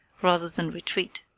rather than retreat.